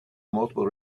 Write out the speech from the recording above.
multiple